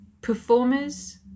Performers